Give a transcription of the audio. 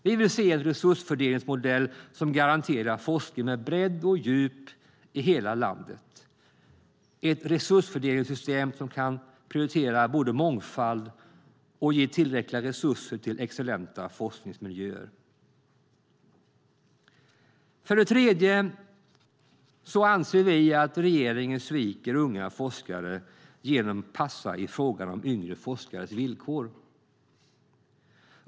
Vi vill se en resursfördelningsmodell som garanterar forskning med bredd och djup i hela landet, ett resursfördelningssystem som både kan prioritera mångfald och ge tillräckliga resurser till excellenta forskningsmiljöer. För det tredje anser vi att regeringen sviker unga forskare genom att passa i frågan om yngre forskares villkor.